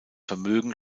vermögen